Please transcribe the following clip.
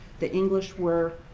the english were